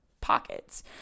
pockets